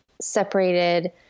separated